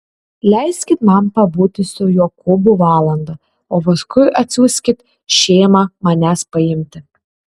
leiskit man pabūti su jokūbu valandą o paskui atsiųskit šėmą manęs paimti